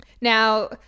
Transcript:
now